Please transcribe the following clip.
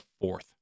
fourth